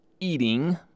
eating